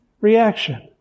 reaction